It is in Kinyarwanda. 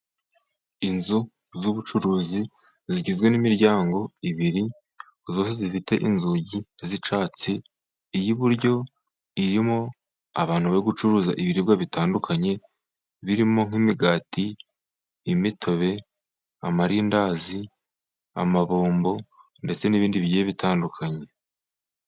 Inzu z'ubucuruzi zigizwe n'imiryango ibiri zifite inzugi z'icyatsi, iy'iburyo irimo abantu bari gucuruza ibiribwa bitandukanye, birimo nk'imigati, imitobe, amarindazi, amabombo ndetse n'ibindi bigiye bitandukanye.